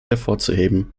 hervorzuheben